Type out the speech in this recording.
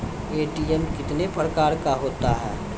ATM कितने प्रकार का होता हैं?